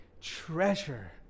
treasure